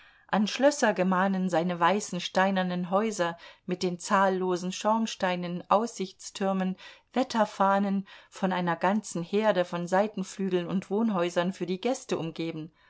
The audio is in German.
an schlösser gemahnen seine weißen steinernen häuser mit den zahllosen schornsteinen aussichtstürmen wetterfahnen von einer ganzen herde von seitenflügeln und wohnhäusern für die gäste umgeben